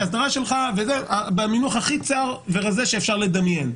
האסדרה שלך במינוח הכי צר ורזה שאפשר לדמיין.